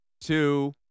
two